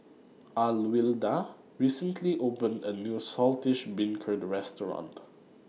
Alwilda recently opened A New Saltish Beancurd Restaurant